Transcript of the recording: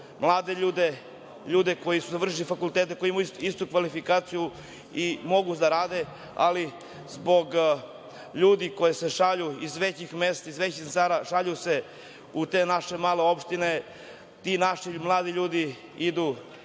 mlade ljude, ljude koji su završili fakultete, koji imaju istu kvalifikaciju i mogu da rade, ali zbog ljudi koji se šalju iz većih mesta, iz većih centara, šalju se u te naše male opštine. Ti naši mladi ljudi idu